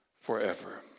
forever